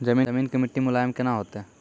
जमीन के मिट्टी मुलायम केना होतै?